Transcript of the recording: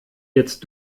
jetzt